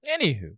Anywho